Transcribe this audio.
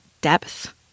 depth